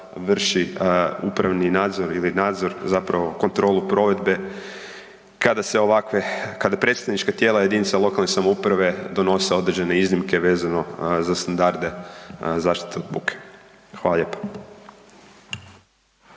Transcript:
vrši upravni nadzor ili nadzor zapravo kontrolu provedbe kada se ovakve, kada predstavnička tijela JLS-ova donose određene iznimke vezano za standarde zaštite od buke. Hvala lijepo.